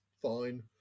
fine